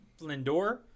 Lindor